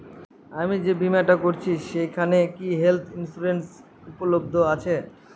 আমি যে বীমাটা করছি সেইখানে কি হেল্থ ইন্সুরেন্স উপলব্ধ আছে?